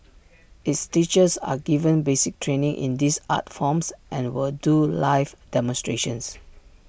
its teachers are given basic training in these art forms and will do live demonstrations